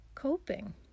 Coping